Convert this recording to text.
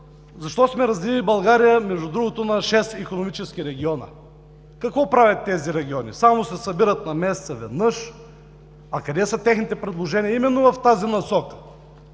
Защо сме разделили България на шест икономически региона? Какво правят тези региони?! Само се събират веднъж месечно. А къде са техните предложения именно в тази насока?!